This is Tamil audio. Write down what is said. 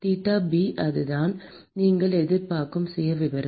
தீட்டா பி அதுதான் நீங்கள் எதிர்பார்க்கும் சுயவிவரம்